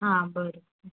हा बरें